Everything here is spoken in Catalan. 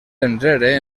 enrere